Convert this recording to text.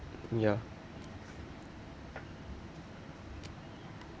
ya